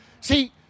See